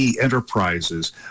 Enterprises